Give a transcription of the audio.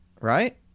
right